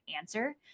answer